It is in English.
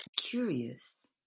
Curious